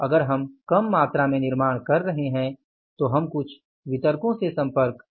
अगर हम कम मात्रा में निर्माण कर रहे हैं तो हम कुछ वितरकों से संपर्क कर सकते हैं